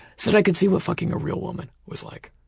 so i could see what fucking a real woman was like.